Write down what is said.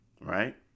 right